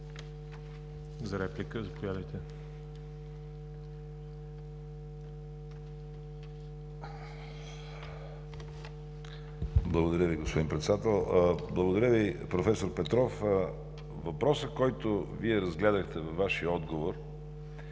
за България): Благодаря Ви, господин Председател. Благодаря Ви, проф. Петров. Въпросът, който Вие разгледахте във Вашия отговор,